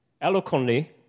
eloquently